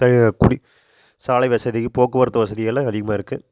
குடி சாலை வசதி போக்குவரத்து வசதி எல்லாம் அதிகமாக இருக்குது